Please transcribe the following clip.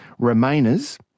Remainers